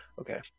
Okay